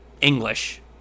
English